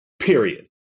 period